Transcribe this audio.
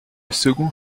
second